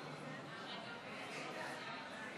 נתקבל.